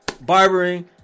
barbering